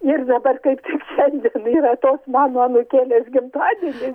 ir dabar kaip tik šiandien yra tos mano anūkėlės gimtadieni